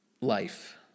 life